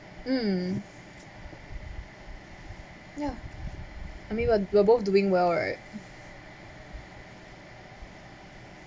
mm ya I mean we're we are both doing well right